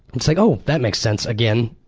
like, oh, that makes sense again.